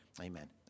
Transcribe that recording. amen